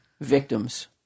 victims